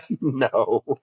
No